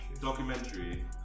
Documentary